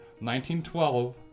1912